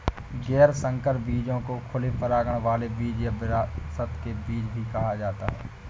गैर संकर बीजों को खुले परागण वाले बीज या विरासत के बीज भी कहा जाता है